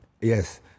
yes